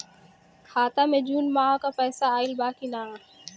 खाता मे जून माह क पैसा आईल बा की ना?